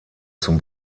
zum